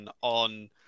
on